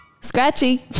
Scratchy